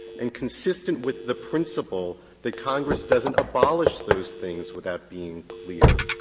and consistent with the principle that congress doesn't abolish those things without being clear.